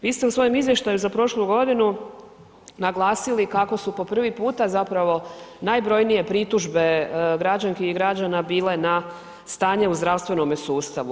Vi ste u svojem izvještaju za prošlu godinu naglasili kako su po prvi puta zapravo najbrojnije pritužbe građanki i građana bile na stanje u zdravstvenom sustavu.